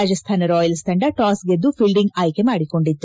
Rajasthan Royal ತಂಡ toss ಗೆದ್ದು fielding ಆಯ್ಕೆ ಮಾಡಿಕೊಂಡಿತ್ತು